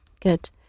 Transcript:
Good